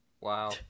Wow